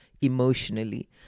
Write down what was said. emotionally